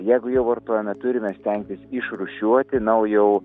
jeigu jau vartojame turime stengtis išrūšiuoti na o jau